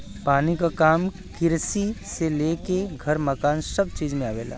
पानी क काम किरसी से लेके घर मकान सभ चीज में आवेला